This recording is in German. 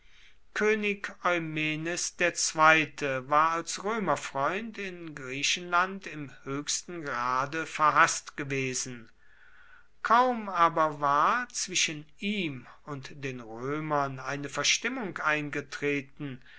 könig eumenes ii war als römerfreund in griechenland im höchsten grade verhaßt gewesen kaum aber war zwischen ihm und den römern eine verstimmung eingetreten